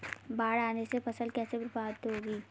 बाढ़ आने से फसल कैसे प्रभावित होगी?